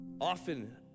often